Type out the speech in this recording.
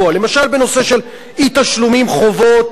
למשל, בנושא של אי-תשלומים, חובות,